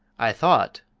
i thought,